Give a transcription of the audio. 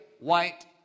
white